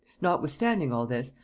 notwithstanding all this,